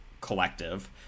collective